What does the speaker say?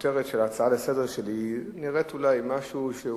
שהכותרת של ההצעה לסדר-היום שלי נראית אולי משהו שהוא